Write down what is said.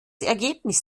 ergebnis